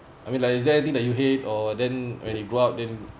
I mean like is there anything that you hate or then when you grow up then